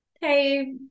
hey